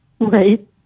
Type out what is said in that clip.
Right